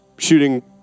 shooting